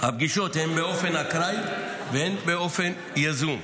הפגישות הן באופן אקראי ובאופן יזום.